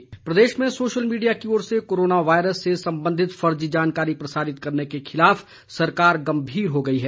web portal प्रदेश में social media की ओर से कोरोना वायरस से संबंधित फर्जी जानकारी प्रसारित करने के खिलाफ सरकार गम्भीर हो गई है